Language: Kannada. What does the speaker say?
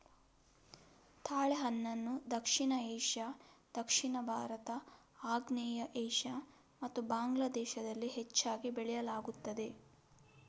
ತಾಳೆಹಣ್ಣನ್ನು ದಕ್ಷಿಣ ಏಷ್ಯಾ, ದಕ್ಷಿಣ ಭಾರತ, ಆಗ್ನೇಯ ಏಷ್ಯಾ ಮತ್ತು ಬಾಂಗ್ಲಾ ದೇಶದಲ್ಲಿ ಹೆಚ್ಚಾಗಿ ಬೆಳೆಯಲಾಗುತ್ತದೆ